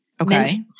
okay